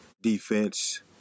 defense